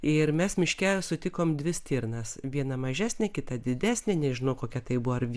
ir mes miške sutikom dvi stirnas vieną mažesnę kitą didesnę nežinau kokia tai buvo ar